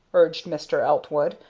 urged mr. eltwood,